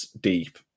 deep